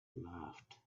laughed